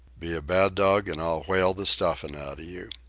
be a bad dog, and i'll whale the stuffin' outa you.